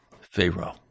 Pharaoh